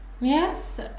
Yes